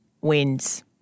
wins